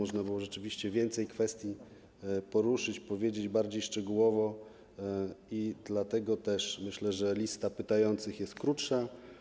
Tam można było rzeczywiście więcej kwestii poruszyć, powiedzieć bardziej szczegółowo i dlatego też myślę, że lista pytających jest krótsza.